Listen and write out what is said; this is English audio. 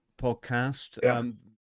podcast